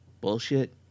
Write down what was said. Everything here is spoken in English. bullshit